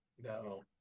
No